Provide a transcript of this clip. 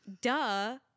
Duh